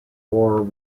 war